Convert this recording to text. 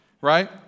right